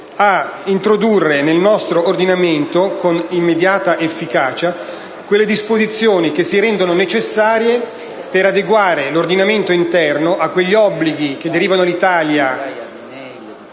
ad introdurre nel nostro ordinamento con immediata efficacia quelle disposizioni che si rendono necessarie per adeguare l'ordinamento interno agli obblighi che derivano all'Italia